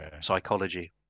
psychology